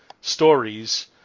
stories